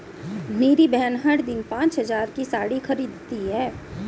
मेरी बहन हर दिन पांच हज़ार की साड़ी खरीदती है